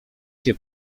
się